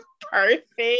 perfect